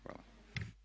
Hvala.